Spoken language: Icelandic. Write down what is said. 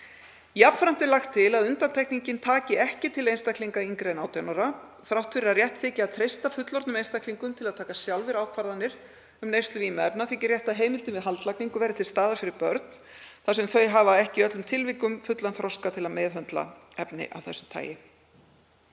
Jafnframt er lagt til að undantekningin taki ekki til einstaklinga yngri en 18 ára. Þrátt fyrir að rétt þyki að treysta fullorðnum einstaklingum til að taka sjálfir ákvarðanir um neyslu vímuefna þykir rétt að heimild fyrir haldlagningu verði til staðar fyrir börn þar sem þau hafa ekki í öllum tilvikum fullan þroska til að meðhöndla efni af þessu tagi.